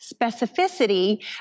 specificity